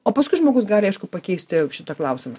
o paskui žmogus gali aišku pakeisti jog šitą klausimą